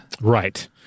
Right